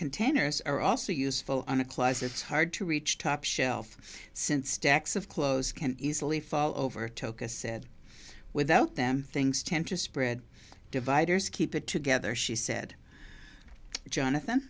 containers are also useful on a class it's hard to reach top shelf since stacks of clothes can easily fall over took a said without them things tend to spread dividers keep it together she said jonathan